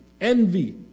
envy